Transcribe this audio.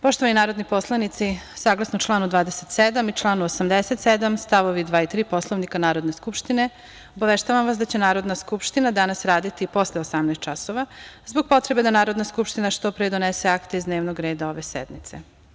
Poštovani narodni poslanici, saglasno članu 27. i članu 87. stavovi 2. i 3. Poslovnika Narodne skupštine, obaveštavam vas da će Narodna skupština danas raditi i posle 18.00 časova zbog potrebe da Narodna skupština što pre donese akte iz dnevnog reda ove sednice.